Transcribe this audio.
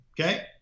Okay